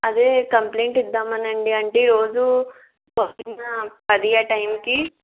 అదే కంప్లైంట్ ఇద్దామని అండి అంటే ఈరోజు పొద్దున్న పది ఆ టైంకి